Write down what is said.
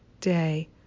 day